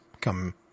come